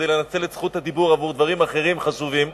כדי לנצל את זכות הדיבור עבור דברים אחרים חשובים.